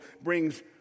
brings